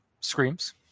screams